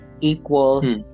Equals